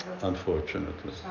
unfortunately